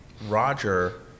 Roger